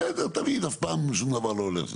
בסדר, תבין אף פעם שום דבר לא הולך.